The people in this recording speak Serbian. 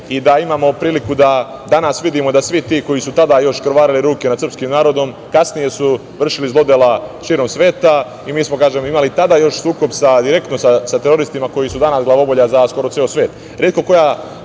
i da imamo priliku da danas vidimo da svi ti koji su tada još krvarili ruke nad srpskim narodom kasnije su vršili zlodela širom sveta. Mi smo, kažem, imali tada još sukob direktno sa teroristima, koji su danas glavobolja za skoro ceo svet.